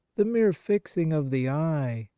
the mere fixing of the eye,